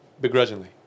Begrudgingly